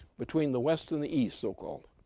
between the west and the east, so-called,